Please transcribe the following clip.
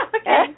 Okay